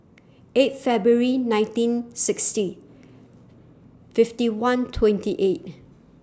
eight February nineteen sixty fifty one twenty eight